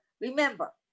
remember